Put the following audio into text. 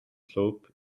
slope